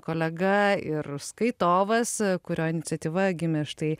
kolega ir skaitovas kurio iniciatyva gimė štai